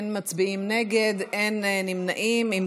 אין מצביעים נגד, אין נמנעים.